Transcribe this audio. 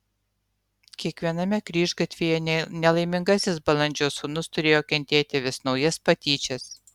kiekviename kryžgatvyje nelaimingasis balandžio sūnus turėjo kentėti vis naujas patyčias